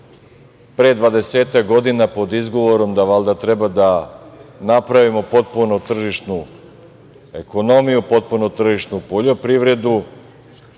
godina, pod izgovorom da treba da napravimo potpunu tržišnu ekonomiju, potpunu tržišnu poljoprivredu,